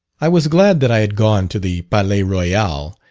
i was glad that i had gone to the palais royal,